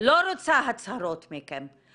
לא רוצה הצהרות מכם,